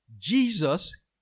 Jesus